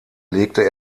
legte